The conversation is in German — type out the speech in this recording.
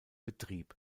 betrieb